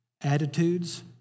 attitudes